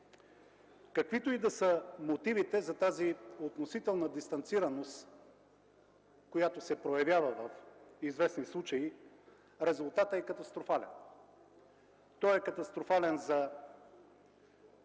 Каквито и да са мотивите за тази относителна дистанцираност, която се проявява в известни случаи, резултатът е катастрофален. Той е катастрофален за